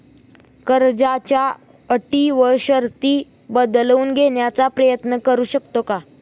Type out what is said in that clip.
कर्जाच्या अटी व शर्ती बदलून घेण्याचा प्रयत्न करू शकतो का?